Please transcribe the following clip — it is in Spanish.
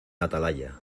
atalaya